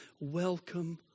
welcome